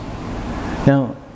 now